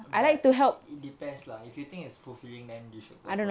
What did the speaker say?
but it depends lah if you think it's fulfilling then you should go for it